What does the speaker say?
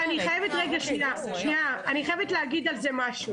אני חייבת להגיד על זה משהו.